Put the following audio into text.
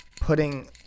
putting